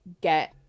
get